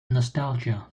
nostalgia